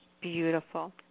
Beautiful